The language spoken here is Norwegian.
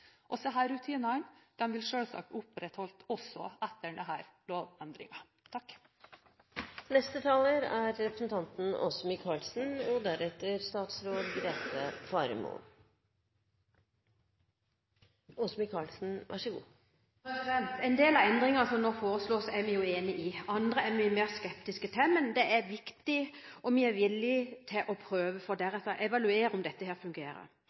vil selvsagt bli opprettholdt også etter denne lovendringen. En del av de endringene som nå foreslås, er vi enig i, andre er vi mer skeptiske til. Men det er viktig at vi er villig til å prøve, for deretter å evaluere om dette fungerer.